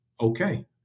okay